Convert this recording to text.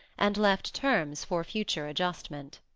and left terms for future adjustment.